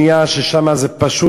הירוק,